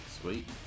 Sweet